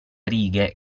righe